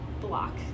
block